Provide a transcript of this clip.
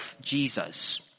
Jesus